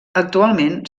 actualment